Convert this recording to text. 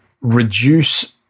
reduce